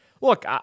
look